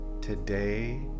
Today